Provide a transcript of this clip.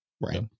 Right